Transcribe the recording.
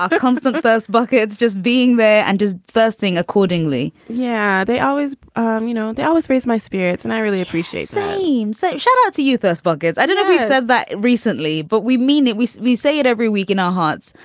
constant thirst. those buckets just being there and just thirsting accordingly yeah. they always um you know, they always raise my spirits and i really appreciate same so shout out to youth, us buggers. i don't know if you've said that recently, but we mean it. we we say it every week in our hearts.